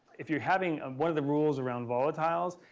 if you're having, um one of the rules around volatiles,